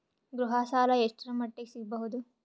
ಗೃಹ ಸಾಲ ಎಷ್ಟರ ಮಟ್ಟಿಗ ಸಿಗಬಹುದು?